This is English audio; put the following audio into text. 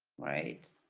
right.